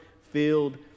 filled